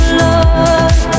love